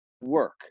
work